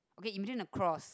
okay imagine a cross